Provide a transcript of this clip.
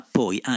poi